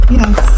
yes